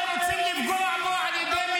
תירגע, תירגע.